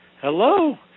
Hello